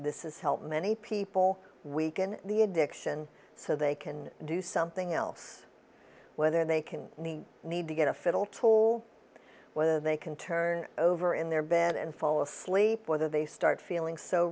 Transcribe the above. this is help many people weaken the addiction so they can do something else whether they can need to get a fiddle toll whether they can turn over in their bed and fall asleep whether they start feeling so